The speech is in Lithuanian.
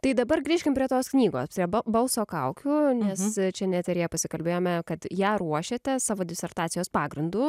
tai dabar grįžkim prie tos knygos prie balso kaukių nes šian eteryje pasikalbėjome kad ją ruošiate savo disertacijos pagrindu